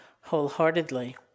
wholeheartedly